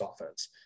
offense